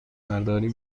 برداری